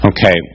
Okay